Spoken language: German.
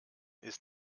ist